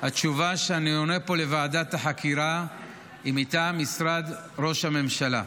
התשובה שאני עונה פה לוועדת החקירה היא מטעם משרד ראש הממשלה.